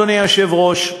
אדוני היושב-ראש,